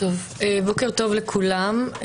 בוקר טוב לכולם.